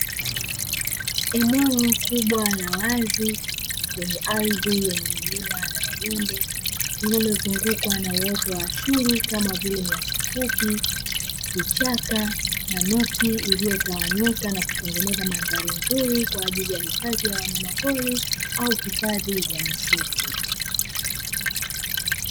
Eneo kubwa la wazi lenye ardhi yenye milima na mabonde, lililozungukwa na uoto wa asili kama vile nyasi fupi, vichaka na miti iliyotawanyika na kutengeneza mandhari nzuri kwa ajili ya hifadhi ya wanyamapori au hifadhi ya misitu,